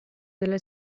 della